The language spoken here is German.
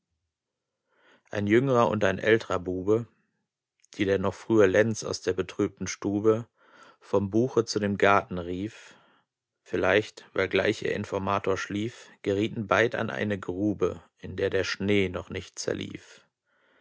ein jüngrer und ein ältrer bube die der noch frühe lenz aus der betrübten stube vom buche zu dem garten rief vielleicht weil gleich ihr informator schlief gerieten beid an eine grube in der der schnee noch nicht